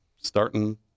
starting